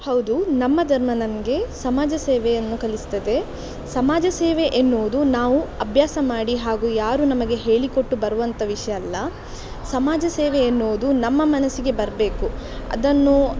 ಹೌದು ನಮ್ಮ ಧರ್ಮ ನಮಗೆ ಸಮಾಜ ಸೇವೆಯನ್ನು ಕಲಿಸ್ತದೆ ಸಮಾಜ ಸೇವೆ ಎನ್ನುವುದು ನಾವು ಅಭ್ಯಾಸ ಮಾಡಿ ಹಾಗೂ ಯಾರು ನಮಗೆ ಹೇಳಿಕೊಟ್ಟು ಬರುವಂಥ ವಿಷಯ ಅಲ್ಲ ಸಮಾಜ ಸೇವೆ ಎನ್ನುವುದು ನಮ್ಮ ಮನಸ್ಸಿಗೆ ಬರಬೇಕು ಅದನ್ನು